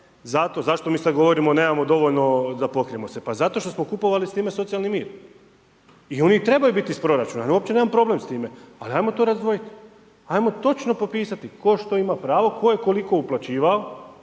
zašto mi sad govorimo nemao dovoljno da pokrijemo sebe, pa zato što smo kupovali s time socijalni mir. I on i treba biti iz proračuna, uopće nemam problem s time, ali ajmo to razdvojiti. Ajmo točno popisati tko što ima pravo, tko je koliko uplaćivao